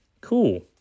Cool